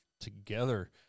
together